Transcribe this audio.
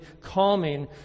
calming